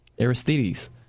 Aristides